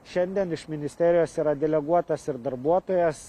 šiandien iš ministerijos yra deleguotas ir darbuotojas